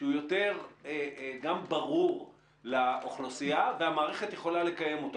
שהוא יותר גם ברור לאוכלוסייה והמערכת יכולה לקיים אותו.